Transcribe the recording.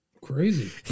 Crazy